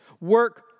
work